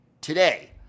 today